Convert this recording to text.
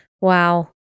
Wow